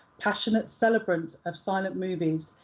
passionate celebrant of silent-movies,